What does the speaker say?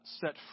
set